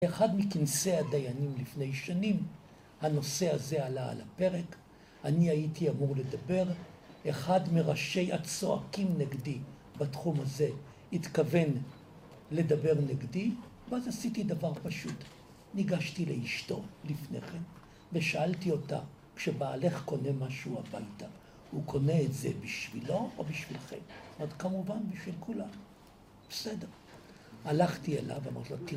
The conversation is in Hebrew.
אחד מכנסי הדיינים לפני שנים, הנושא הזה עלה על הפרק, אני הייתי אמור לדבר, אחד מראשי הצועקים נגדי בתחום הזה התכוון לדבר נגדי, ואז עשיתי דבר פשוט. ניגשתי לאשתו לפני כן ושאלתי אותה, כשבעלך קונה משהו הביתה, הוא קונה את זה בשבילו או בשבילכם? היא אומרת, כמובן, בשביל כולם. בסדר. הלכתי אליו, אמרתי לו, תראה.